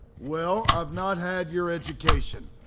well, i've not had your education.